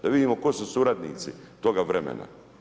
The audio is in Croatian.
Da vidimo tko su suradnici toga vremena.